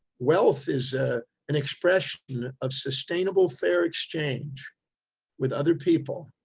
wealth is ah an expression of sustainable fair exchange with other people,